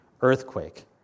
earthquake